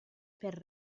per